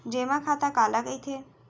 जेमा खाता काला कहिथे?